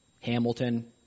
Hamilton